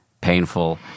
painful